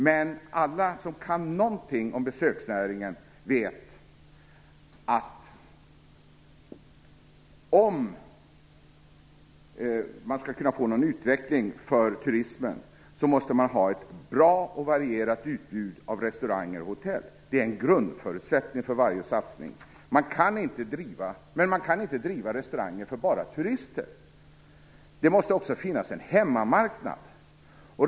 Men alla som kan någonting om besöksnäringen vet att om man skall kunna få någon utveckling för turismen måste man ha ett bra och varierat utbud av restauranger och hotell. Det är en grundförutsättning för varje satsning. Men man kan inte driva restauranger bara för turister. Det måste också finnas en hemmamarknad.